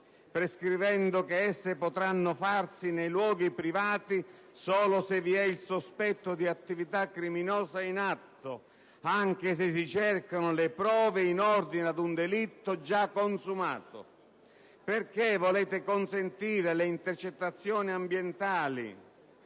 prescrivendo che esse potranno effettuarsi nei luoghi privati solo se vi è il sospetto di attività criminosa in atto, anche se si cercano le prove in ordine ad un delitto già consumato? Perché volete consentire le intercettazioni ambientali